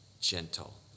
gentle